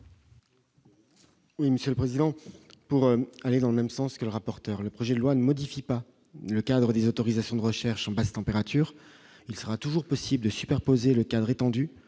Oui, Monsieur le Président pour aller dans le même sens que le rapporteur, le projet de loi ne modifie pas le cadre des autorisations de recherche en basse température, il sera toujours possible de superposer le cadre étendu